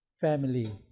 family